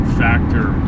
factor